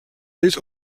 ells